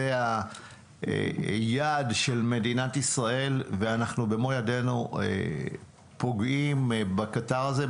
זה היעד של מדינת ישראל ואנחנו במו ידינו פוגעים בקטר הזה.